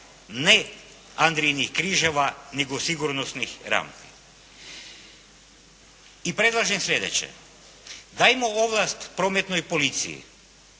ne andrijinih križeva, nego sigurnosnih rampi. I predlažem slijedeće. Dajmo ovlast prometnoj policiji